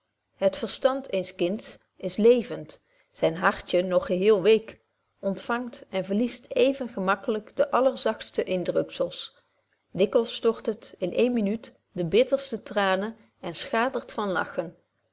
het verstand eens kinds is levend zyn hartje nog geheel week ontvangt en verliest even gemakkelyk de allerzachtste indrukzels dikwyls stort het in ééne minuut de bitterste traanen en schaatert van lachen